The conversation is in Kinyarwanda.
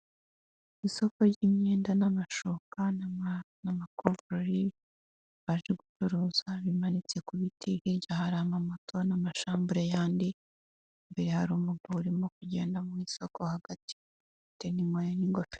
Isoko ry'imyenda, amashuka n'amakuvureri abacuruzi baje gucuruza kandi babimanitse ku biti, hirya hari amamoto n'amashambure ndetse imbere hari umugabo uri mo kugenda mu isoko hagati kandi yambaye ingofero.